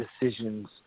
decisions